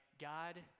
God